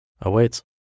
awaits